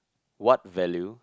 what value